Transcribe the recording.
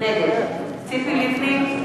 נגד ציפי לבני,